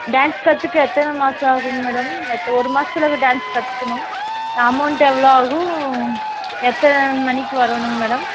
dance கற்றுக்க எத்தனை மாசம் ஆகுங்க மேடம் எத் ஒரு மாசத்துல வ டான்ஸ் கற்றுக்கணும் அமௌண்ட்டு எவ்வளோ ஆகும் எத்தனை மணிக்கி வரோணுங்க மேடம்